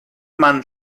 man